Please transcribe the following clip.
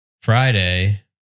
Friday